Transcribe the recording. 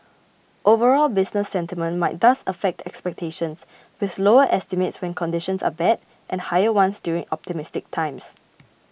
overall business sentiment might thus affect expectations with lower estimates when conditions are bad and higher ones during optimistic times